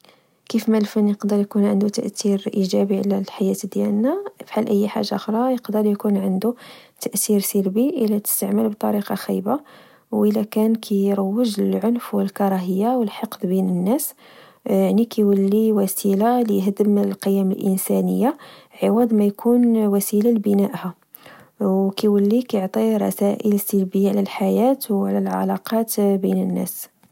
كيفما الفن يقدر يكون عندو تأتير إجابي على الحياة ديالنا، فحال أي حاجة خرى، إقدر يكون عندو تأتير سلبي إلا تستعمل بطريقة خايبة، و إلا كان كيروج للعنف، والكراهية، والحقد بين الناس، يعني كيولي وسيلة لهدم القيم الإنسانية عوض ميكون وسيلة لبنائها ، وكولي كعطي رسائل سلبية على الحياة وعلى العلاقات بين الناس